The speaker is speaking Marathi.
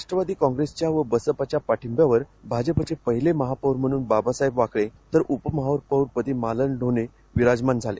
राष्ट्रवादी काँप्रेसच्या आणि बसपाच्या पाठिंब्यावर भाजपचे पाहिले महापौर म्हणून बाबासाहेब वाकळे तर उपमहापौर पदी मालन ढोणे विराजमान झाले